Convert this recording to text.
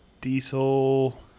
diesel